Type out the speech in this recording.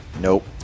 Nope